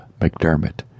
McDermott